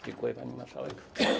Dziękuję, pani marszałek.